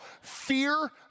Fear